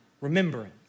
remembrance